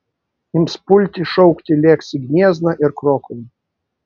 ims pulti šaukti lėks į gniezną ir krokuvą